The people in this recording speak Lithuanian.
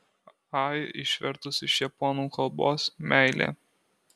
ai išvertus iš japonų kalbos meilė